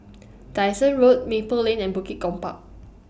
Dyson Road Maple Lane and Bukit Gombak